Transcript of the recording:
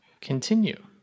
Continue